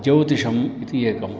ज्योतिषम् इति एकम्